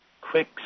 quick